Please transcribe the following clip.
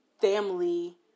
family